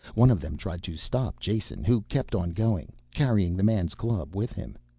one of them tried to stop jason who kept on going, carrying the man's club with him.